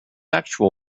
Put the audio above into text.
actual